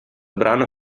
brano